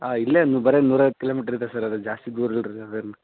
ಹಾಂ ಇಲ್ಲೇ ಬರೀ ನೂರ ಐವತ್ತು ಕಿಲೋಮೀಟ್ರ್ ಇದೆ ಸರ್ ಅದು ಜಾಸ್ತಿ ದೂರ ಇಲ್ರಿ ಅದೇನು